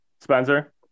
Spencer